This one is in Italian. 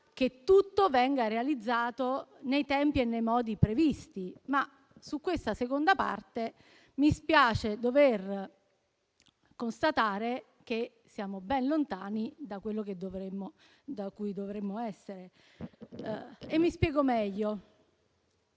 che tutto venga realizzato nei tempi e nei modi previsti. Su questa seconda parte mi spiace dover constatare che siamo ben lontani dal punto in cui dovremmo essere. Mi spiego meglio.